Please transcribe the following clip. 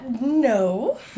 no